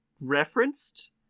referenced